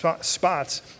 spots